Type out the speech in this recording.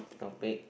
topic